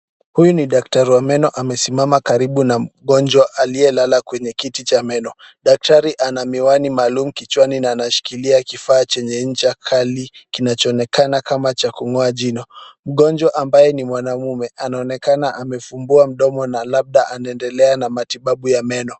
Huyu ni daktari wa meno amesimama karibu na mgonjwa aliyelala kwenye kiti cha meno. Daktari ana miwani maalum kichwani na anashikilia kifaa chenye ncha kali kinachoonekana kama cha kung'oa jino. Mgonjwa ambaye ni mwanamume anaonekana amefumbua mdomo na labda anaendelea na matibabu ya meno.